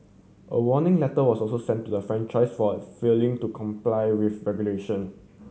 a warning letter was also sent to the franchisee for failing to comply with regulation